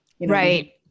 Right